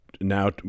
now